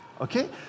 Okay